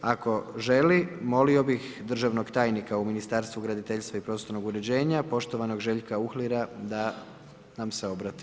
Ako želi, molio bih državnog tajnika u Ministarstva graditeljstva i prostornog uređenja poštovanog Željka Uhlira da nam se obrati.